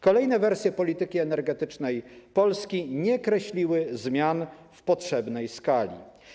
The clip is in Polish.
Kolejne wersje polityki energetycznej Polski nie kreśliły zmian w potrzebnej skali.